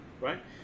right